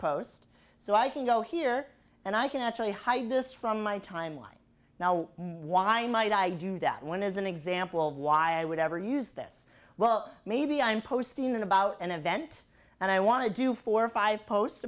post so i can go here and i can actually hide this from my timeline now why might i do that one as an example of why i would ever use this well maybe i'm posting in about an event and i want to do four or five post